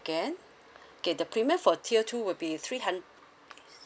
ond okay the premium for tier two would be three hundred